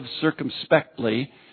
circumspectly